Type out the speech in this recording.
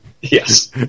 Yes